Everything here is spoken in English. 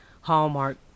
Hallmark